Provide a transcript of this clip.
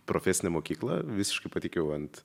profesinę mokykla visiškai pateikiau ant